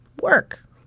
work